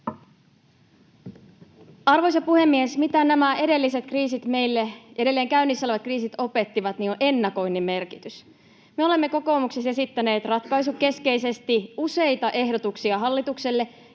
Arvoisa puhemies! Se, mitä nämä edelliset, edelleen käynnissä olevat kriisit meille opettivat, on ennakoinnin merkitys. Me olemme kokoomuksessa esittäneet ratkaisukeskeisesti useita ehdotuksia hallitukselle,